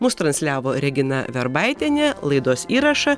mus transliavo regina verbaitienė laidos įrašą